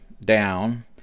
down